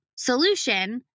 solution